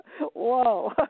whoa